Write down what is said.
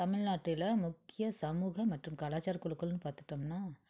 தமிழ்நாட்டில் முக்கிய சமூக மற்றும் கலாச்சார குழுக்கள்னு பார்த்துட்டோம்னா